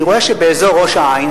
אני רואה שבאזור ראש-העין,